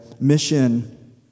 mission